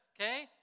okay